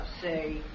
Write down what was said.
say